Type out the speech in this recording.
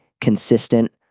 consistent